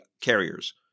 carriers